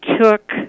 took